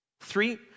Three